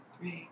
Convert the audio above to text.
Great